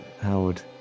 Howard